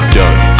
done